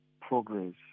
progress